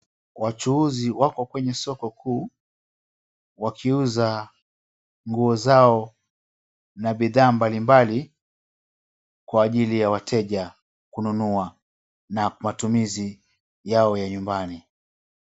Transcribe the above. Wachuuzi wako kwenye soko kuu wakiuza nguo zao na bidhaa mbalimbali kwa ajili ya wateja kununua na matumizi yao ya nyumbani.